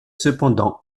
cependant